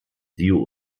view